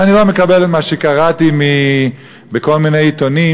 ואני לא מקבל את מה שקראתי בכל מיני עיתונים,